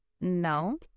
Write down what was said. no